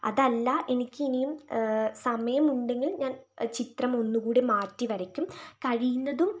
അതല്ല എനിക്ക് ഇനിയും സമയമുണ്ടെങ്കിൽ ഞാൻ ചിത്രമൊന്നുകൂടി മാറ്റി വരയ്ക്കും കഴിയുന്നതും